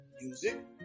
music